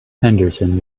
henderson